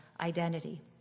identity